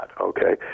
okay